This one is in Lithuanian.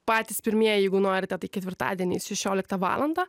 patys pirmieji jeigu norite tai ketvirtadieniais šešioliktą valandą